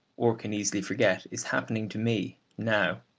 or can easily forget, is happening to me now,